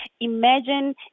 imagine